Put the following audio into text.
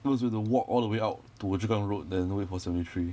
because we have to walk all the way to yio chu kang road then wait for seventy three